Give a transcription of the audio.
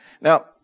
Now